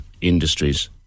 industries